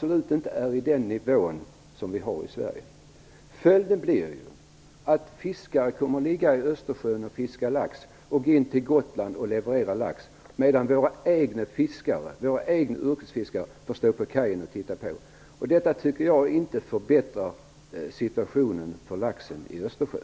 Det gäller för såväl Polen som de baltiska staterna. Följden blir att fiskare kommer att ligga i Östersjön och fiska lax, och sedan åka in till Gotland och leverera den. Under tiden får våra egna yrkesfiskare stå på kajen och titta på. Det tycker inte jag förbättrar situationen för laxen i Östersjön.